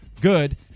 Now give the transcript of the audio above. good